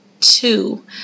two